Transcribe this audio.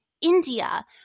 India